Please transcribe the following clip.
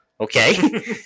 Okay